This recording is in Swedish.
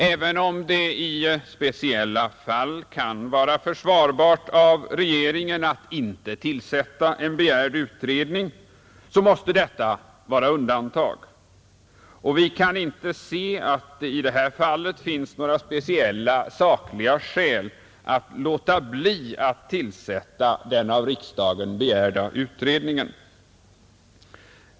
Även om det i speciella fall kan vara försvarbart av regeringen att inte tillsätta en begärd utredning måste detta dock vara undantag, och vi kan inte i detta fall se att det finns några speciella, sakliga skäl för att låta bli att tillsätta den av riksdagen begärda utredningen.